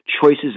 choices